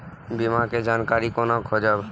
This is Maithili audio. बीमा के जानकारी कोना खोजब?